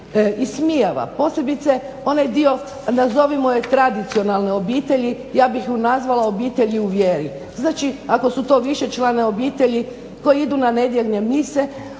Posebice onaj dio nazovimo je tradicionalne obitelji, ja bih ju nazvala obitelj i u vjeri. Znači ako su to višečlane obitelji koje idu na nedjeljne mise,